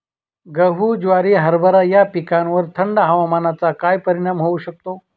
गहू, ज्वारी, हरभरा या पिकांवर थंड हवामानाचा काय परिणाम होऊ शकतो?